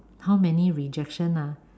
how many rejection ah